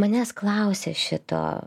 manęs klausė šito